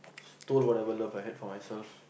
stole whatever love I had for myself